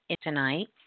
tonight